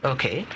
Okay